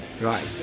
Right